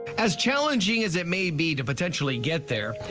as challenging as it may be to potentially get there,